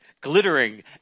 glittering